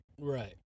Right